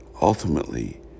ultimately